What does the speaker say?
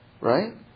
right